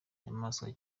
nyamaswa